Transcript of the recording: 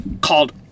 called